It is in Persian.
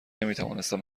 نمیتوانستم